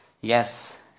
Yes